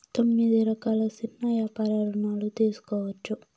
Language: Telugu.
తొమ్మిది రకాల సిన్న యాపార రుణాలు తీసుకోవచ్చు